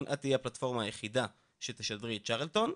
את תהיה הפלטפורמה היחידה שתשדרי את צ'רלטון,